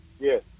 Yes